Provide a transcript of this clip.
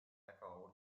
väga